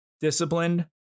disciplined